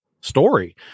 story